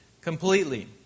Completely